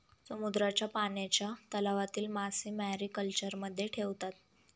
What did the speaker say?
समुद्राच्या पाण्याच्या तलावातील मासे मॅरीकल्चरमध्ये ठेवतात